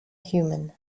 human